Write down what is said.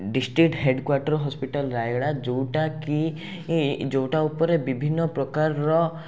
district headquarter hospital Rayagada ଯେଉଁଟାକି ଇ ଯେଉଁଟା ଉପରେ ବିଭିନ୍ନପ୍ରକାରର